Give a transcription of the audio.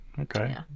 Okay